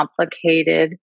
complicated